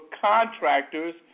contractors